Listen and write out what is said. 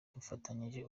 dufatanyije